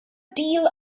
deal